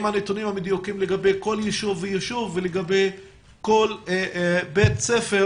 הנתונים המדויקים לגבי כל יישוב ויישוב ולגבי כל בית ספר,